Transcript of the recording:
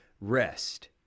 rest